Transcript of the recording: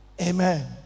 Amen